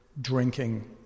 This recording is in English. drinking